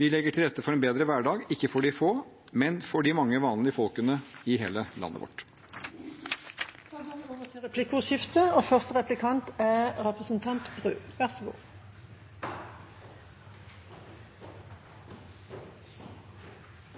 Vi legger til rette for en bedre hverdag – ikke for de få, men for de mange, vanlige folkene i hele landet vårt. Det blir replikkordskifte. I Hurdalsplattformen kan vi